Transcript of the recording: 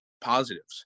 positives